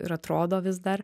ir atrodo vis dar